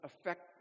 affect